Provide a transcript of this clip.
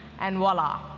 and voila.